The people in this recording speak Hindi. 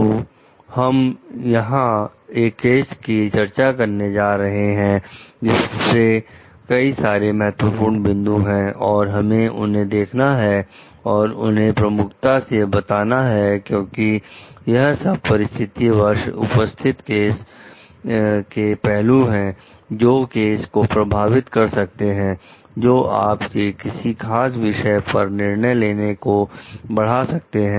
तो हम यहां पर एक केस की चर्चा कर रहे हैं जिसमें कई सारे महत्वपूर्ण बिंदु है और हमें उन्हें देखना है और उन्हें प्रमुखता से बताना है क्योंकि यह सब परिस्थिति वश उपस्थित केस के पहलू हैं जो केस को प्रभावित कर सकते हैं जो आप के किसी खास विषय पर निर्णय लेने को बढ़ा सकते हैं